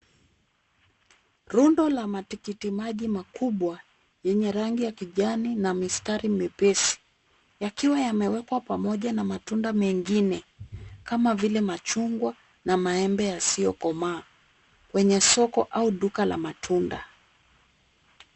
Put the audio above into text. Rundo la matikiti maji makubwa yenye rangi ya kijani na mistari mepesi, yakiwa yamewekwa pamoja na matunda mengine kama vile machungwa na maembe yasiyokomaa, kwenye soko au duka la matunda.